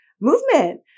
movement